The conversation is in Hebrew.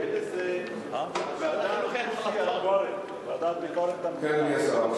ועדת ביקורת המדינה.